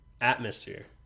atmosphere